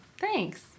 Thanks